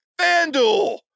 FanDuel